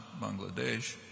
Bangladesh